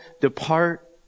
Depart